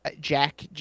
Jack